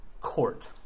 court